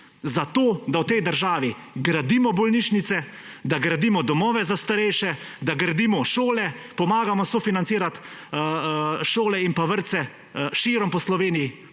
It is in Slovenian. zato da v tej državi gradimo bolnišnice, da gradimo domove za starejše, da gradimo šole, pomagamo sofinancirati šole in vrtce širom po Sloveniji.